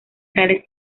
tales